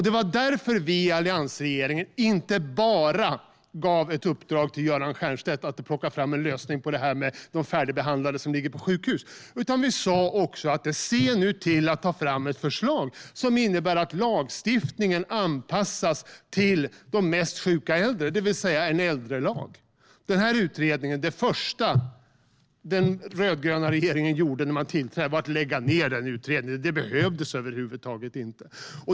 Det var därför vi i alliansregeringen inte bara gav ett uppdrag till Göran Stiernstedt att plocka fram en lösning för de färdigbehandlade som ligger på sjukhus, utan vi sa också: Se nu till att ta fram ett förslag som innebär att lagstiftningen anpassas till de mest sjuka äldre, det vill säga en äldrelag! Det första den rödgröna regeringen gjorde när den tillträdde vara att lägga ned denna utredning. Den behövdes över huvud taget inte, menade man.